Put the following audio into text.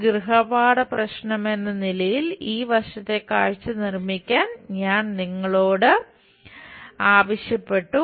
ഒരു ഗൃഹപാഠ പ്രശ്നമെന്ന നിലയിൽ ഈ വശത്തെ കാഴ്ച നിർമ്മിക്കാൻ ഞങ്ങൾ നിങ്ങളോട് ആവശ്യപ്പെട്ടു